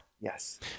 Yes